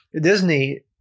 Disney